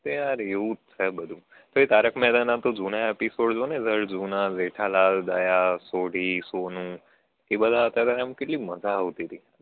ત્યાર યાર એવું જ છે બધું તે તારક મહેતાના જૂના એપિસોડ જુઓને જ્યાર જૂના જેઠાલાલ દયા સોઢી સોનું એ બધા હતા ત્યારે આમ કેટલી મજા આવતી હતી